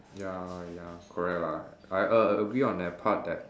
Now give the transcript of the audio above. ya ya correct lah I a~ agree on that part that